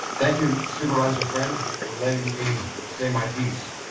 thank you, supervisor friend for letting me say my piece.